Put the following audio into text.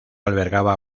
albergaba